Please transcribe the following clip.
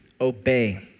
obey